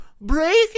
breaking